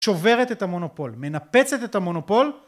שוברת את המונופול, מנפצת את המונופול.